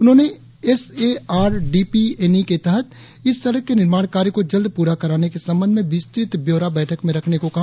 उन्होंने S A R D P N E के तहत इस सड़क के निर्माण कार्य को जल्द पूरा कराने के संबंध में विस्तृत व्योरा बैठक में रखने को कहा